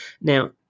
Now